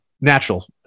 natural